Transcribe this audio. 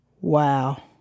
Wow